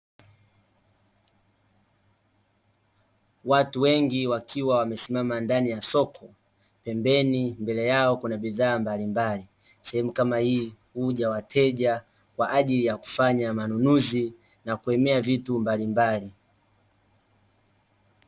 Watu wengi wakiwa wamesimama ndani ya soko, pembeni mbele yao kuna na bidhaa mbalimbali. Sehemu kama hii huja wateja kwa ajili ya kufanya manunuzi na kuhemea vitu mbalimbali.